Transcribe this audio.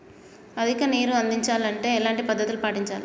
అధిక నీరు అందించాలి అంటే ఎలాంటి పద్ధతులు పాటించాలి?